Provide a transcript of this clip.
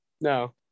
no